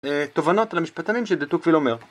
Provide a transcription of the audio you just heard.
תובנות על המשפטנים שדה טוקוויל אומר